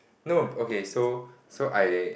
no okay so so I